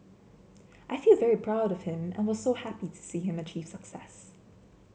I feel very proud of him and was so happy to see him achieve success